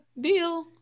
deal